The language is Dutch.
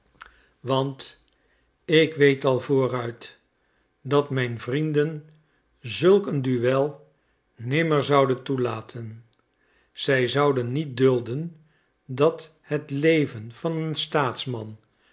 want ik weet al vooruit dat mijn vrienden zulk een duel nimmer zouden toelaten zij zouden niet dulden dat het leven van een staatsman